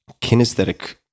kinesthetic